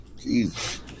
Jesus